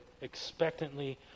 expectantly